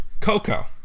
Coco